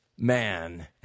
Man